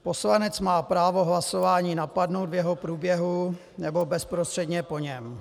Poslanec má právo hlasování napadnout v jeho průběhu nebo bezprostředně po něm.